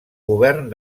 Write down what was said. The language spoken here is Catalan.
govern